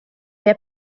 via